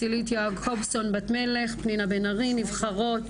צילית יעקובסון, בת מלך, פנינה בן ארי, נבחרות,